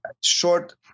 short